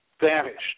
vanished